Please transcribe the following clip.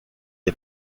est